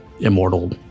immortal